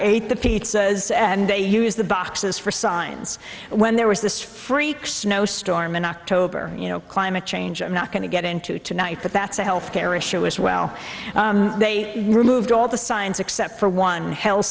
ate the pizza and they used the boxes for signs when there was this freak snowstorm in october you know climate change i'm not going to get into tonight but that's a health care issue is well they removed all the science except for one hell